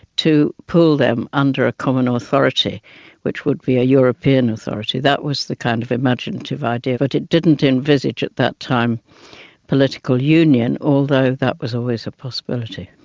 to pool them under a common ah authority which would be a european authority. that was the kind of imaginative idea, but it didn't envisage at that time political union, although that was always a possibility.